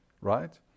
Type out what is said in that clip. Right